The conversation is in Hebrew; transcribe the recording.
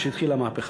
כאשר התחילה המהפכה.